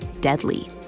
deadly